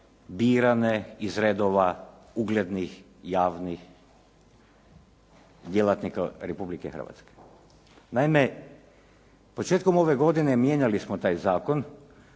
birane iz redova uglednih javnih djelatnika Republike Hrvatske. Naime, početkom ove godine mijenjali smo taj zakon